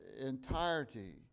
entirety